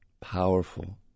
powerful